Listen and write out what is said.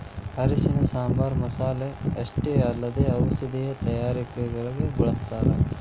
ಅರಿಶಿಣನ ಸಾಂಬಾರ್ ಮಸಾಲೆ ಅಷ್ಟೇ ಅಲ್ಲದೆ ಔಷಧೇಯ ತಯಾರಿಕಗ ಬಳಸ್ಥಾರ